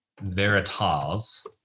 Veritas